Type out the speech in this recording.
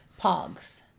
Pogs